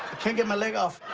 can't get my leg off.